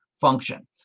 function